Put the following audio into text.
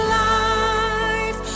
life